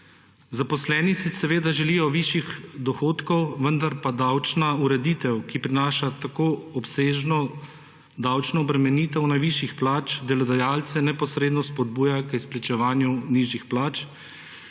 Zaposleni si seveda želijo višjih dohodkov, vendar pa davčna ureditev, ki prinaša tako obsežno davčno obremenitev najvišjih plač, delodajalce neposredno spodbuja k izplačevanju nižjih plač.